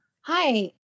Hi